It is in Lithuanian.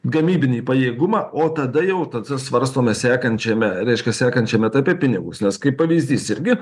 gamybinį pajėgumą o tada jau tada svarstome sekančiame reiškia sekančiam etape pinigus nes kaip pavyzdys irgi